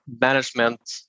management